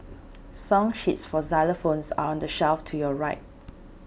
song sheets for xylophones are on the shelf to your right